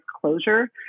closure